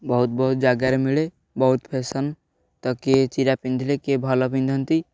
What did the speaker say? ବହୁତ ବହୁତ ଜାଗାରେ ମିଳେ ବହୁତ ଫ୍ୟାସନ୍ ତ କିଏ ଚିରା ପିନ୍ଧିଲେ କିଏ ଭଲ ପିନ୍ଧନ୍ତି